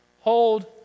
Hold